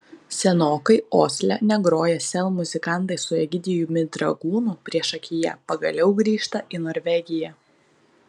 senokai osle negroję sel muzikantai su egidijumi dragūnu priešakyje pagaliau grįžta į norvegiją